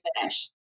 finish